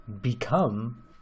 become